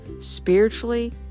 spiritually